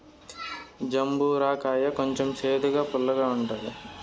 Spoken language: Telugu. జంబూర కాయ కొంచెం సేదుగా, పుల్లగా ఉంటుంది